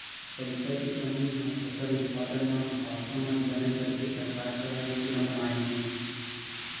पईसा के कमी हा फसल उत्पादन मा बाधा मत बनाए करके सरकार का योजना बनाए हे?